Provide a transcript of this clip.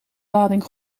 lading